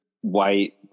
white